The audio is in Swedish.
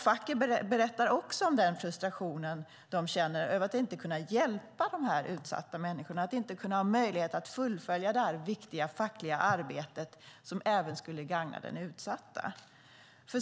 Facken berättar också om den frustration de känner över att inte kunna hjälpa dessa utsatta människor och inte ha möjlighet att fullfölja detta viktiga fackliga arbete som även skulle gagna den utsatta.